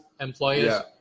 employers